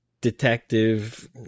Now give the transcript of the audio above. detective